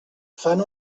fan